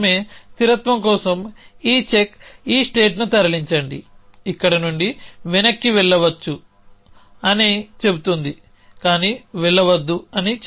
స్థిరత్వం కోసం ఈ చెక్ ఈ స్టేట్ని తరలించండి ఇక్కడి నుండి వెనక్కి వెళ్లవద్దు అని చెబుతోంది